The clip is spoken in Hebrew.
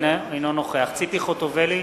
אינו נוכח ציפי חוטובלי,